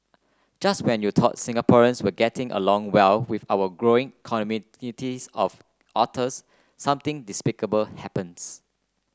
just when you thought Singaporeans were all getting along well with our growing communities of otters something despicable happens